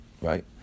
right